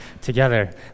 together